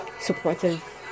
supportive